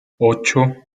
ocho